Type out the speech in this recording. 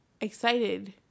excited